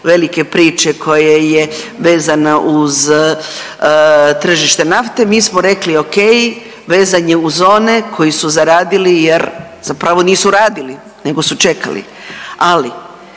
velike priče koja je vezana uz tržište nafte, mi smo rekli okej vezan je uz one koji su zaradili jer zapravo nisu radili nego su čekali. Ali